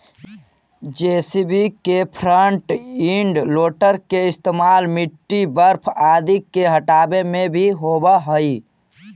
JCB के front end loader के इस्तेमाल मिट्टी, बर्फ इत्यादि के हँटावे में भी होवऽ हई